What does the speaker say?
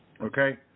okay